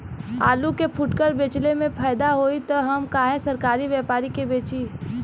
आलू के फूटकर बेंचले मे फैदा होई त हम काहे सरकारी व्यपरी के बेंचि?